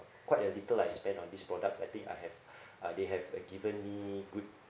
quite a little I spend on these products I think I have uh they have given uh me good